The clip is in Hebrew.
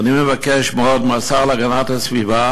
אני מבקש מאוד מהשר להגנת הסביבה